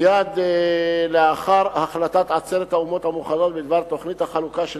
מייד לאחר החלטת עצרת האומות המאוחדות בדבר תוכנית החלוקה של